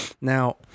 Now